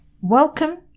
Welcome